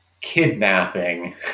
kidnapping